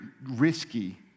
risky